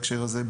בהקשר הזה,